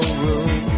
room